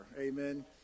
Amen